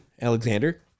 Alexander